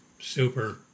Super